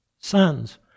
sons